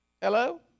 Hello